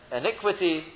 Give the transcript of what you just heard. iniquity